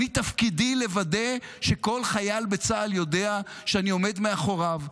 אני תפקידי לוודא שכל חייל בצה"ל יודע שאני עומד מאחוריו,